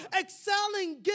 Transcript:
excelling